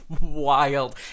Wild